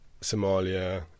Somalia